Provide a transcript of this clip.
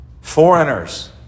Foreigners